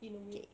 in a way